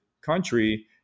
country